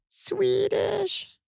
Swedish